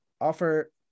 offer